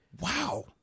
Wow